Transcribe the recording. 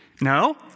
No